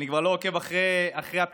אני כבר לא עוקב אחרי הפילוגים,